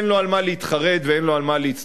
אין לו על מה להתחרט ואין לו על מה להצטער.